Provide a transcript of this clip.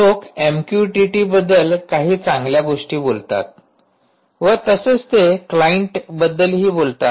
लोक एमक्यूटिटी बद्दल काही चांगल्या गोष्टी बोलतात व तसेच ते क्लाईंट बद्दलही बोलतात